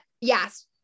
Yes